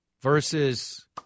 versus